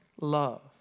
love